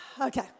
Okay